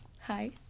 Hi